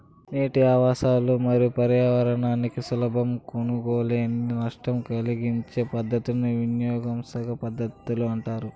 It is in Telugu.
నీటి ఆవాసాలు మరియు పర్యావరణానికి సులభంగా కోలుకోలేని నష్టాన్ని కలిగించే పద్ధతులను విధ్వంసక పద్ధతులు అంటారు